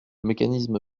mécanisme